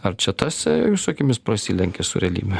ar čia tas jūsų akimis prasilenkia su realybe